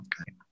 Okay